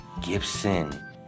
Gibson